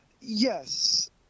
Yes